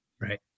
Right